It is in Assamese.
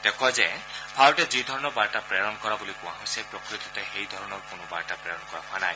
তেওঁ কয় যে ভাৰতে যিধৰণৰ বাৰ্তা প্ৰেৰণ কৰা বুলি কোৱা হৈছে প্ৰকৃততে সেইধৰণৰ কোনো বাৰ্তা প্ৰেৰণ কৰা হোৱা নাই